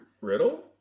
Riddle